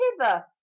hither